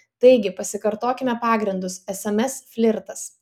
taigi pasikartokime pagrindus sms flirtas